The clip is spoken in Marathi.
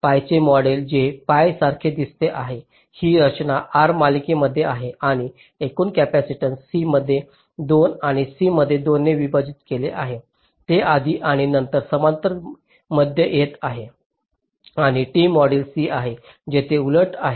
Pi चे मॉडेल जे pi सारखे दिसते आहे ही रचना R मालिकेमध्ये आहे आणि एकूण कॅपेसिटन्स C मध्ये 2 आणि C मध्ये 2 ने विभाजित केले आहे ते आधी आणि नंतर समांतर मध्ये येत आहेत आणि T मॉडेल C आहे तिथे उलट आहे